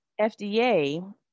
FDA